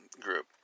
group